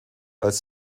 als